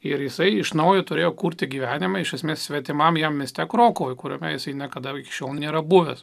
ir jisai iš naujo turėjo kurti gyvenimą iš esmės svetimam jam mieste krokuvoje kuriame jisai niekada iki šiol nėra buvęs